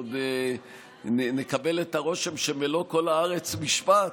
עוד נקבל את הרושם שמלוא כל הארץ משפט,